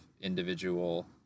individual